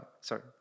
sorry